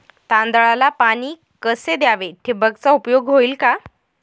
तांदळाला पाणी कसे द्यावे? ठिबकचा उपयोग होईल का?